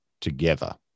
together